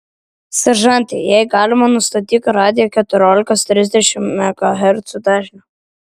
seržante jei galima nustatyk radiją keturiolikos trisdešimt megahercų dažniu